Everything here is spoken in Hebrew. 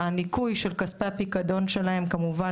והניכוי של כספי הפיקדון שלהם כמובן